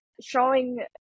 showing